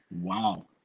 wow